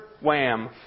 Wham